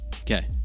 okay